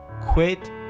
quit